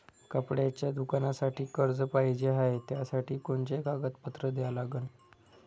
कपड्याच्या दुकानासाठी कर्ज पाहिजे हाय, त्यासाठी कोनचे कागदपत्र द्या लागन?